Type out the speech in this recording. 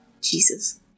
Jesus